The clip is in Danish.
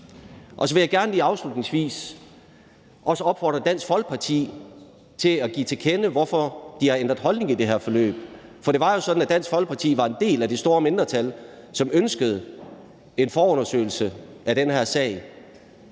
Så vil jeg gerne lige afslutningsvis også opfordre Dansk Folkeparti til at give til kende, hvorfor de har ændret holdning i det her forløb, for det var jo sådan, at Dansk Folkeparti var en del af det store mindretal, som ønskede en forundersøgelse af den her sag.